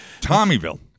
Tommyville